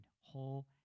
whole